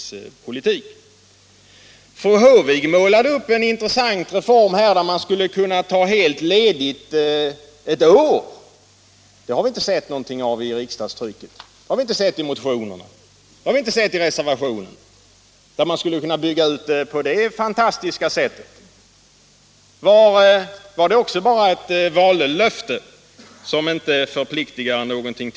Sedan målade fru Håvik här upp en intressant reform som innebar att man skulle kunna ta helt ledigt ett år. Men vi har inte i riksdagstrycket, i motionerna eller i reservationerna, sett någonting om att man skulle kunna bygga ut reformen på det fantastiska sättet. Var det också bara ett vallöfte, som förpliktar till ingenting?